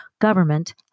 government